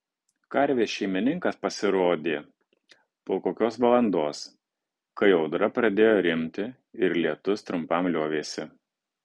karvės šeimininkas pasirodė po kokios valandos kai audra pradėjo rimti ir lietus trumpam liovėsi